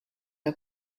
are